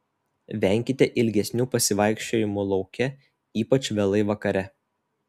venkite ilgesnių pasivaikščiojimų lauke ypač vėlai vakare